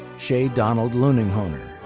shea donald lueninghoener.